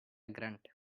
grunt